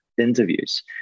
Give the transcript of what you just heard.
interviews